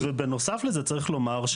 ובנוסף לזה צריך לומר,